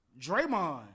Draymond